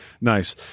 Nice